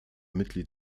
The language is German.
mitglied